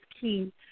key